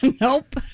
Nope